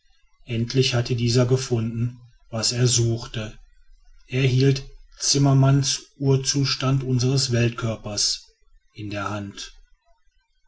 endlich hatte dieser gefunden was er suchte er hielt zimmermann's urzustand unseres weltkörpers in der hand